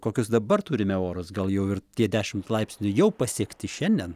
kokius dabar turime orus gal jau ir tie dešimt laipsnių jau pasiekti šiandien